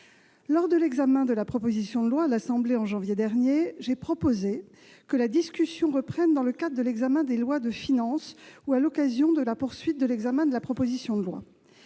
Lors de l'examen de la proposition de loi à l'Assemblée nationale en janvier dernier, j'ai proposé que la discussion reprenne lors des débats sur les lois de finances ou lors de la poursuite de l'examen de la proposition de loi.